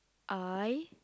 I